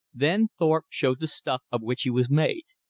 then thorpe showed the stuff of which he was made.